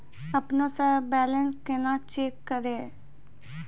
अपनों से बैलेंस केना चेक करियै?